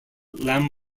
lamb